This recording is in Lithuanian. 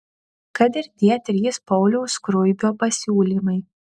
kad ir tie trys pauliaus skruibio pasiūlymai